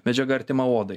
medžiaga artima odai